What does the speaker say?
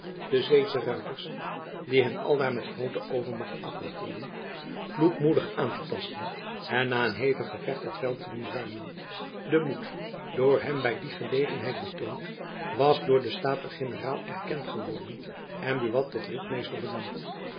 de zweedsche ruiters die hen aldaar met groote overmacht afwachteden kloekmoedig aan te tasten en na een hevig gevecht het veld te doen ruimen de moed door hem by die gelegenheid betoond was door de staten-generaal erkend geworden en buat tot ritmeester benoemd